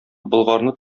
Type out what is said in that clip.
болгарны